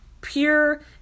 pure